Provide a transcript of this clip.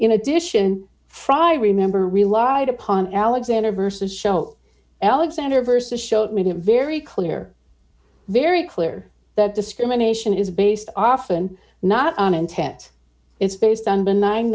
in addition frye remember relied upon alexander vs show alexander versus show it made it very clear very clear that discrimination is based often not on an tete it's based on benign